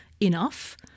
enough